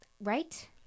Right